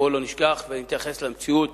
בואו לא נשכח ונתייחס גם למציאות